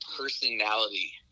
personality